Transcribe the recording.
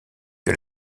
que